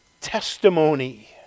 testimony